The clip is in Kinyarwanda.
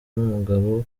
n’umugabo